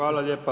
Hvala lijepa.